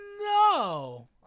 No